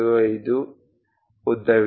75 ಉದ್ದವಿದೆ